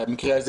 במקרה הזה,